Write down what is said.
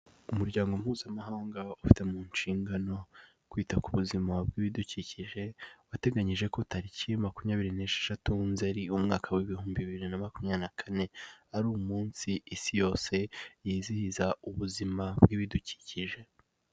Umuryango mpuzamahanga, ufite mu nshingano kwita ku buzima bw'ibidukikije, wateganyije ko tariki makumyabiri n'esheshatu nzeri umwaka w'ibihumbi bibiri na makumyabiri na kane, ari umunsi isi yose, yizihiza ubuzima bw'ibidukikije.